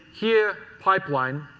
here pipeline,